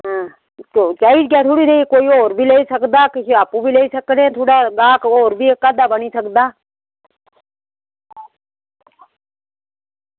चाहिदी ऐ थोह्ड़ी कोई होर बी लेई सकदा अस आपूं बी लेई सकदे थोह्ड़ा गाह्क होर बी बनी सकदा